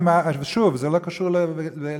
ושוב, זה לא קשור לעבודה.